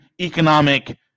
economic